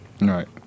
Right